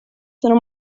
sono